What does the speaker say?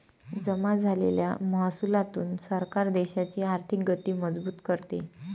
जमा झालेल्या महसुलातून सरकार देशाची आर्थिक गती मजबूत करते